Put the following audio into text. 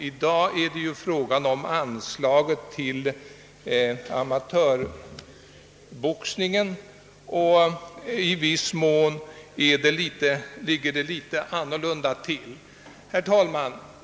I dag är det fråga om anslaget till amatörboxningen, och i viss mån ligger det därvidlag litet annorlunda till.